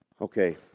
Okay